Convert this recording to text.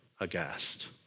aghast